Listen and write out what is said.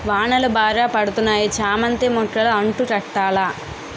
వానలు బాగా పడతన్నాయి చామంతి మొక్కలు అంటు కట్టాల